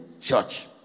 church